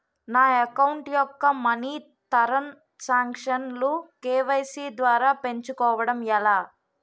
నా అకౌంట్ యెక్క money transaction లు కే.వై.సీ ద్వారా పెంచుకోవడం ఎలా?